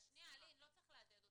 לא רק מהבחינה הכלכלית.